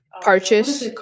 purchase